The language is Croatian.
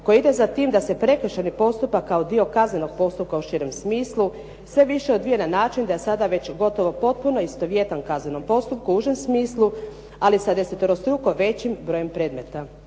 koje ide za tim da se prekršajni postupak kao dio kaznenog postupka u širem smislu sve više odvija na način da je sada već gotovo potpuno istovjetan kaznenom postupku u užem smislu, ali sa deseterostruko većim brojem predmeta.